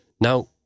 Now